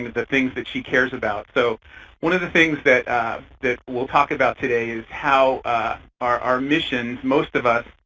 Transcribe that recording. the things that she cares about. so one of the things that that we'll talk about today is how our our missions, most of us